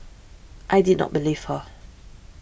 I did not believe her